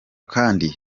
kandi